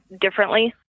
differently